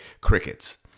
crickets